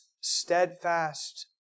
steadfast